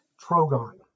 Trogon